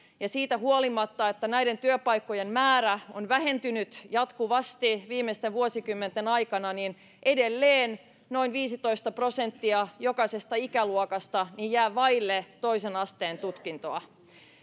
siitä huolimatta että näiden työpaikkojen määrä on vähentynyt jatkuvasti viimeisten vuosikymmenten aikana niin edelleen noin viisitoista prosenttia jokaisesta ikäluokasta jää vaille toisen asteen tutkintoa